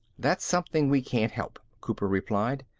that's something we can't help, cooper replied.